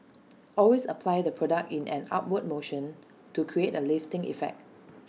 always apply the product in an upward motion to create A lifting effect